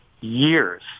years